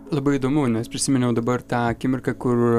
labai įdomu nes prisiminiau dabar tą akimirką kur